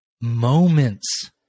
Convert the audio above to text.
moments